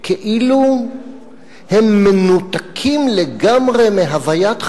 כאילו הם מנותקים לגמרי מהוויית חיינו,